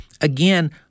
again